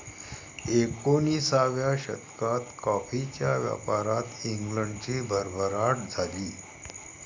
एकोणिसाव्या शतकात कॉफीच्या व्यापारात इंग्लंडची भरभराट झाली